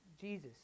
Jesus